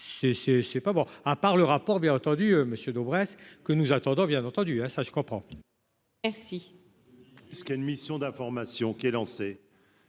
c'est pas bon, à part le rapport bien entendu monsieur Dobres que nous attendons bien entendu, ça je comprends. Merci. Ce qui a une mission d'information qui est lancé